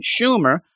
Schumer